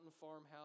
farmhouse